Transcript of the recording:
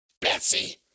Betsy